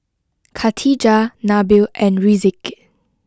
Khatijah Nabil and Rizqi